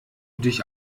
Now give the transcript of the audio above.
dich